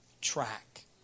track